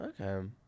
okay